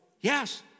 Yes